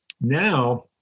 Now